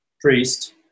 priest